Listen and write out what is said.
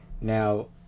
Now